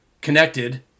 connected